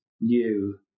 new